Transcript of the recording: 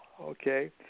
Okay